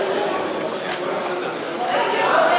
חוק בתי-המשפט (תיקון,